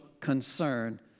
concern